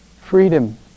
Freedom